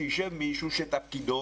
שיישב מישהו שתפקידו